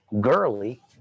girly